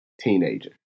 teenager